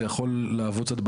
זה יכול להוות קצת בעיה.